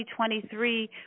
2023